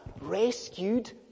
rescued